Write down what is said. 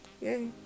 Yay